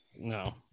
No